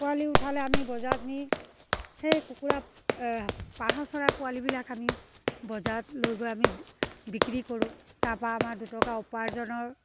পোৱালি উঠালে আমি বজাৰত নি সেই কুকুৰা পাৰ চৰাই পোৱালিবিলাক আমি বজাৰত লৈ গৈ আমি বিক্ৰী কৰোঁ তাৰপৰা আমাৰ দুটকা উপাৰ্জনৰ